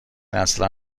اصلا